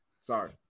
Sorry